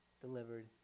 delivered